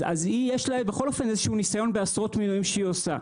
אז היא יש לה בכל אופן ניסיון בעשרות מינויים שהיא עושה,